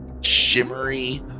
shimmery